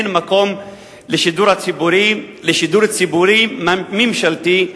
אין מקום לשידור ציבורי ממשלתי,